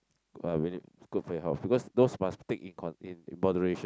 uh will not good for your health because those must take in con~ in moderation